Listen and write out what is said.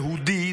יהודי,